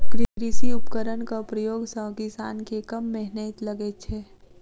कृषि उपकरणक प्रयोग सॅ किसान के कम मेहनैत लगैत छै